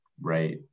right